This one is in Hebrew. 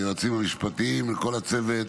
ליועצים המשפטיים ולכל הצוות,